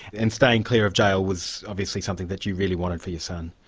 and staying clear of jail was obviously something that you really wanted for your son?